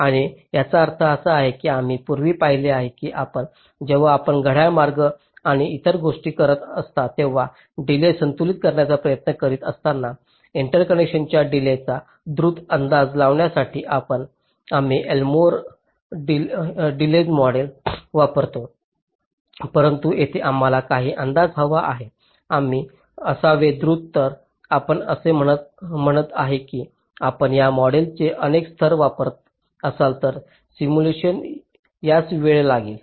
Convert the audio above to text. आणि याचा अर्थ असा की आम्ही पूर्वी पाहिले आहे की आपण जेव्हा आपण घड्याळ मार्ग आणि इतर गोष्टी करत असता तेव्हा डीलेय संतुलित करण्याचा प्रयत्न करीत असताना इंटरकनेक्शनच्या डीलेयचा द्रुत अंदाज लावण्यासाठी आम्ही एल्मोर डीलेय मॉडेल वापरतो परंतु तेथे आम्हाला काही अंदाज हवा आहे आम्ही असावे द्रुत तर आपण असे म्हणत की आपण या मॉडेल्सचे अनेक स्तर वापरत असाल तर सिम्युलेशन यास वेळ लागेल